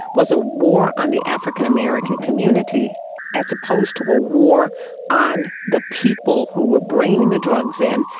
was a war on the african american community as opposed to a war on the people who were bringing the drugs in,